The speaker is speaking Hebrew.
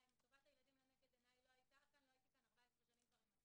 אם טובת הילדים לנגד עיניי לא היתה לא הייתי כאן 14 שנים עם מצלמות.